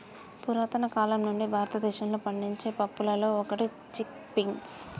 పురతన కాలం నుండి భారతదేశంలో పండించే పప్పులలో ఒకటి చిక్ పీస్